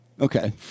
Okay